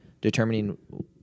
determining